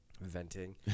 Venting